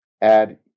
add